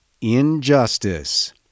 injustice